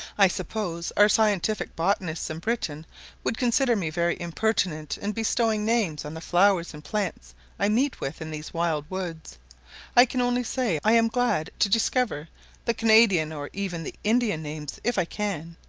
i suppose our scientific botanists in britain would consider me very impertinent in bestowing names on the flowers and plants i meet with in these wild woods i can only say, i am glad to discover the canadian or even the indian names if i can,